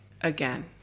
Again